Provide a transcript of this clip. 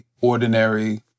ordinary